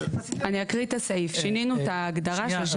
שינינו את ההגדרה, אני אקריא את הסעיף.